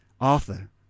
Arthur